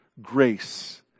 Grace